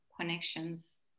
connections